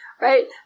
Right